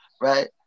right